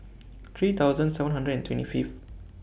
three thousand seven hundred and twenty Fifth